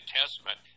Testament